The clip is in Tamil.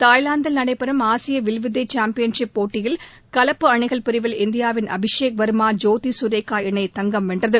தாய்லாந்தில் நடைபெறும் ஆசிய வில்வித்தை சாம்பியன்ஷிப் போட்டியில் கலப்பு அணிகள் பிரிவில் இந்தியாவின் அபிஷேக் வர்மா ஜோதி சுரேகா இணை தங்கம் வென்றது